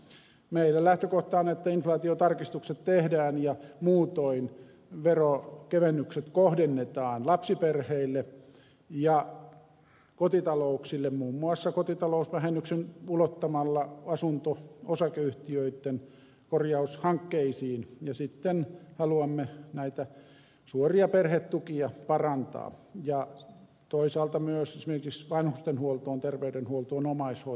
meillä lähtökohta on että inflaatiotarkistukset tehdään ja muutoin veronkevennykset kohdennetaan lapsiperheille ja kotitalouksille muun muassa ulottamalla kotitalousvähennys asunto osakeyhtiöitten korjaushankkeisiin ja sitten haluamme näitä suoria perhetukia parantaa ja toisaalta haluamme myös esimerkiksi vanhustenhuoltoon terveydenhuoltoon omaishoitoon kohdentaa